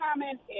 comment